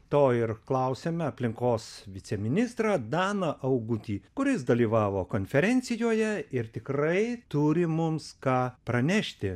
to ir klausiame aplinkos viceministrą daną augutį kuris dalyvavo konferencijoje ir tikrai turi mums ką pranešti